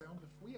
לחסיון רפואי,